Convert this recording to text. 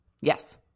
yes